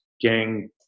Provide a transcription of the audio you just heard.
Gang